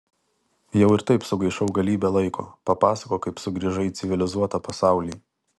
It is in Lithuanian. jau ir taip sugaišau galybę laiko papasakok kaip sugrįžai į civilizuotą pasaulį